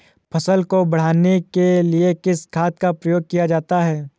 फसल को बढ़ाने के लिए किस खाद का प्रयोग किया जाता है?